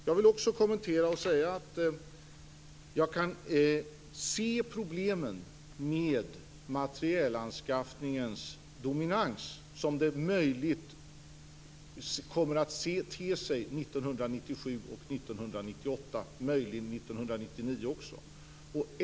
Jag vill också säga att jag kan se problemen med materielanskaffningens dominans som det kommer att te sig 1997, 1998 och möjligen också 1999.